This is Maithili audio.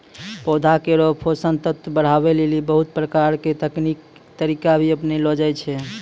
पौधा केरो पोषक तत्व बढ़ावै लेलि बहुत प्रकारो के तकनीकी तरीका भी अपनैलो जाय छै